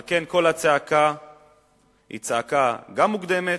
על כן, הצעקה היא גם מוקדמת,